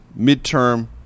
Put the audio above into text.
midterm